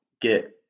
get